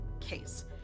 case